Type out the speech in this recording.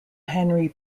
henry